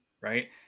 Right